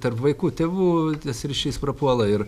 tarp vaikų tėvų tas ryšys prapuola ir